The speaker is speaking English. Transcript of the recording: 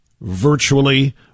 virtually